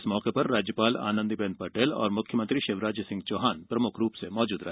इस मौके पर राज्यपाल आनंदी बेन पटेल और मुख्यमंत्री शिवराज सिंह चौहान प्रमुख रूप से मौजूद रहे